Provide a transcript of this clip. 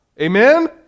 Amen